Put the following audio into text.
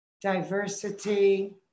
diversity